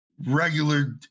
regular